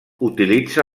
utilitza